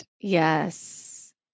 Yes